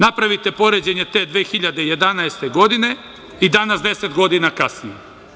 Napravite poređenje te 2011. godine i danas, deset godina kasnije.